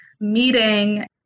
Meeting